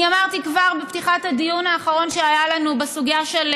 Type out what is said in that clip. אמרתי כבר בפתיחת הדיון האחרון שהיה לנו בסוגיה של